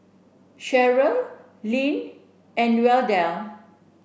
Sheryl Leanne and Wendell